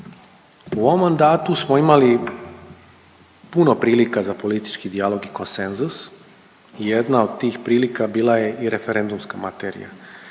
U ovom mandatu smo imali puno prilika za politički dijalog i konsenzus. Jedna od tih prilika bila je i referendumska materija.